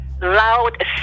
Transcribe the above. Loud